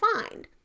find